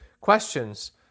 questions